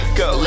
go